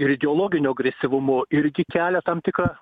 ir ideologiniu agresyvumu irgi kelia tam tikrą